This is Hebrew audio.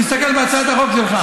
תסתכל בהצעת החוק שלך.